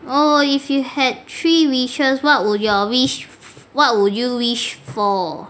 oh if you had three wishes what would your wish what would you wish for